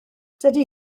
dydy